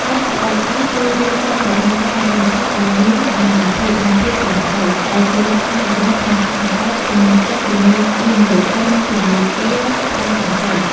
NGOs ជួយរៀបចំរបាយការណ៍ហិរញ្ញវត្ថុឱ្យមានតម្លាភាព និងភាពត្រឹមត្រូវ ដែលជាលក្ខខណ្ឌចម្បងក្នុងការបង្កើតទំនុកចិត្តជាមួយវិនិយោគិន និងធនាគារផ្ដល់កម្ចី។